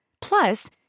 plus